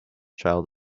child